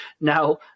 Now